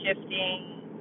shifting